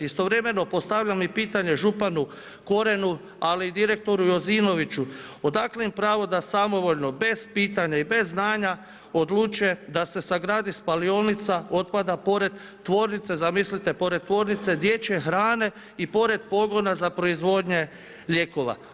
Istovremeno postavljam i pitanje županu, Korenu, ali i direktoru Jozinoviću, odakle im pravo da samovoljno, bez pitanja i bez znanja odlučjuje da se sagradi spalionica otpada porez tvornice, zamislite pored tvornice dječje hrane i pored pogona za proizvodnje ljekova.